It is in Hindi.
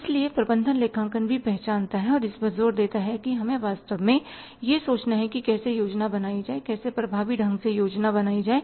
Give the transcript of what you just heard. इसलिए प्रबंधन लेखांकन भी पहचानता है और इस पर जोर देता है कि हमें वास्तव में यह सोचना है कि कैसे योजना बनाई जाए कैसे प्रभावी ढंग से योजना बनाई जाए